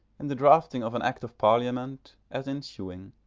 in the drafting of an act of parliament, as in sewing.